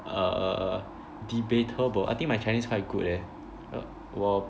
err err err debatable I think my Chinese quite good eh uh 我